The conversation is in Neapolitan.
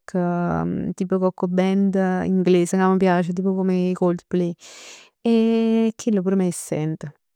Cocc, tipo cocc band inglese cà m' piace, tipo come 'e Coldplay e chill pur me sent.